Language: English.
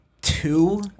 two